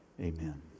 Amen